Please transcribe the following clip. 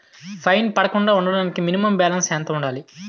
Fine పడకుండా ఉండటానికి minimum balance ఎంత ఉండాలి?